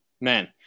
man